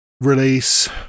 release